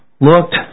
looked